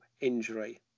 injury